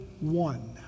one